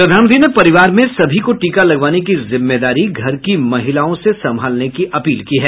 प्रधानमंत्री ने परिवार में सभी को टीका लगवाने की जिम्मेदारी घर की महिलाओं से संभालने की अपील की है